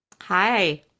Hi